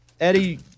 Eddie